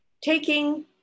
Taking